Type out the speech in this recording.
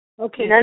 Okay